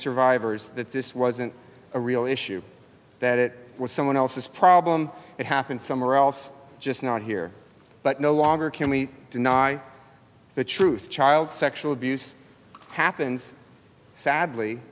survivors that this wasn't a real issue that it was someone else's problem it happened somewhere else just not here but no longer can we deny the truth child sexual abuse happens sadly